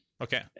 Okay